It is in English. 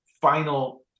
final